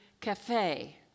cafe